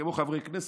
כמו חברי כנסת,